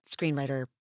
screenwriter